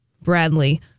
Bradley